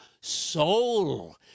soul